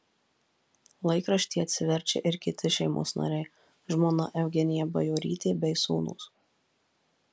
laikraštį atsiverčia ir kiti šeimos nariai žmona eugenija bajorytė bei sūnūs